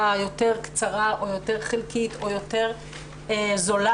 היותר קצרה או יותר חלקית או יותר זולה,